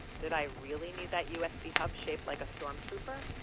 did i really need that usb hub shaped like a storm trooper?